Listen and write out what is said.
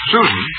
Susan